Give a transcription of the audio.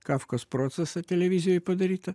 kafkos procesą televizijoj padarytą